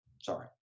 sorry